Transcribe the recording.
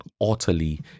utterly